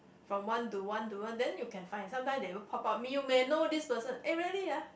from one to one to one then you can find sometime they would pop up you may know this person eh really ah